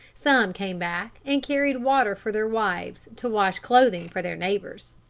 some came back and carried water for their wives to wash clothing for their neighbors.